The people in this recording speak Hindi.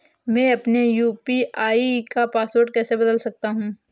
मैं अपने यू.पी.आई का पासवर्ड कैसे बदल सकता हूँ?